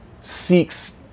seeks